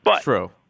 True